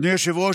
אדוני היושב-ראש,